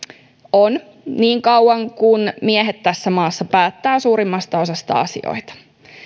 on niin kauan kuin miehet tässä maassa päättävät suurimmasta osasta asioita